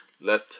let